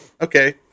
Okay